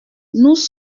nous